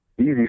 easy